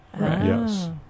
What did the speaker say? Yes